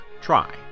try